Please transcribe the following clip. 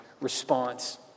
response